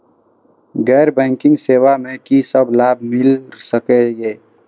गैर बैंकिंग सेवा मैं कि सब लाभ मिल सकै ये?